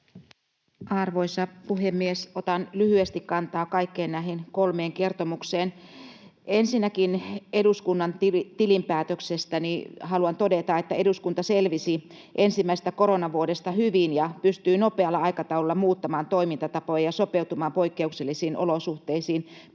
Arvoisa puhemies! Otan lyhyesti kantaa kaikkiin näihin kolmeen kertomukseen. Ensinnäkin eduskunnan tilinpäätöksestä haluan todeta, että eduskunta selvisi ensimmäisestä koronavuodesta hyvin ja pystyi nopealla aikataululla muuttamaan toimintatapoja ja sopeutumaan poikkeuksellisiin olosuhteisiin